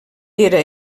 era